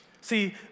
See